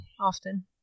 Often